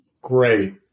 Great